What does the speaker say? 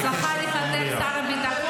--- הצלחה לפטר שר ביטחון?